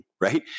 right